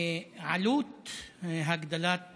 עלות הגדלת